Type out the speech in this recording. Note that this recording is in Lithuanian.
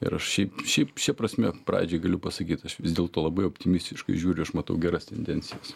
ir aš šiaip šiaip šia prasme pradžiai galiu pasakyt aš vis dėlto labai optimistiškai žiūriu aš matau geras tendencijas